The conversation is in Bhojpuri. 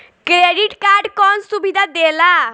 क्रेडिट कार्ड कौन सुबिधा देला?